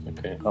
Okay